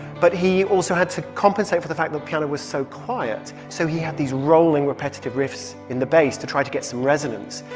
but he also had to compensate for the fact that the piano was so quiet. so he had these rolling, repetitive riffs in the bass to try to get some resonance.